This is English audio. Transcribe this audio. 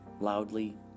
loudly